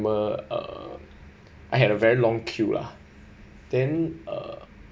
remember uh I had a very long queue lah then uh